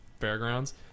fairgrounds